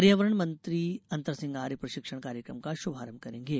पर्यावरण मंत्री अंतर सिंह आर्य प्रशिक्षण कार्यक्रम का श्भारंभ करेंगे